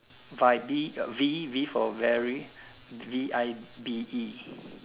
vibe V V V for very V I B E